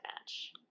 match